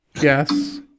Yes